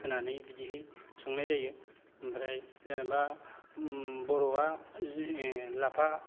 होनानै बिदियै संनाय जायो ओमफ्राय जेनेबा बर'आ लाफा